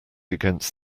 against